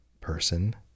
person